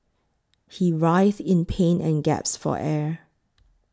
he writhed in pain and gasped for air